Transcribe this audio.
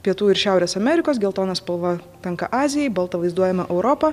pietų ir šiaurės amerikos geltona spalva tenka azijai balta vaizduojama europa